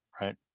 Right